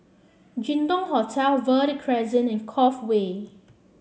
Jin Dong Hotel Verde Crescent and Cove Way